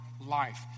life